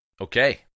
Okay